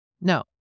No